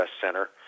center